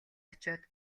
очоод